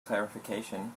clarification